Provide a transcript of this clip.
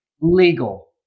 legal